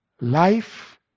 life